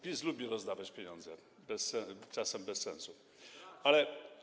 PiS lubi rozdawać pieniądze, czasem bez sensu, ale.